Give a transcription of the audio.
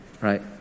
right